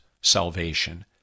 salvation